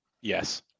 Yes